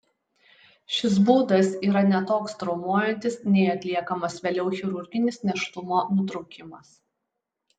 šis būdas yra ne toks traumuojantis nei atliekamas vėliau chirurginis nėštumo nutraukimas